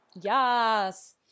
Yes